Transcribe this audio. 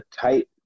tight